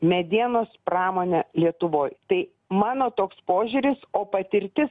medienos pramonę lietuvoj tai mano toks požiūris o patirtis